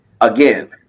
again